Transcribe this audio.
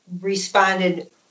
responded